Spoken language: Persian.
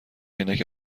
عینک